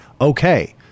okay